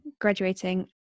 graduating